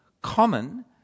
common